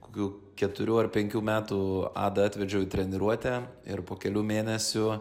kokių keturių ar penkių metų adą atvedžiau į treniruotę ir po kelių mėnesių